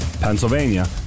Pennsylvania